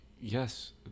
yes